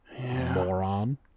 Moron